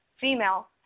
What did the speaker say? female